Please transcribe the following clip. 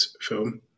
film